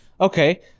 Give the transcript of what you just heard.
Okay